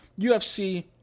UFC